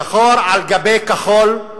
שחור על גבי כחול,